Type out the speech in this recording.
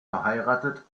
verheiratet